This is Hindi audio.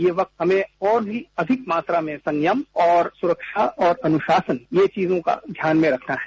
ये वक्त हमें और भी मात्रा में संयम और सुरक्षा और अनुशासन ये चीजों का ध्यान में रखना है